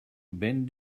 bend